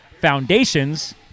Foundations